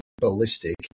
ballistic